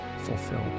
fulfilled